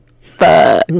fuck